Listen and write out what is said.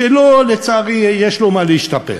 שלצערי יש לו מה להשתפר,